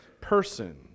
person